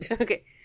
Okay